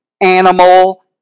animal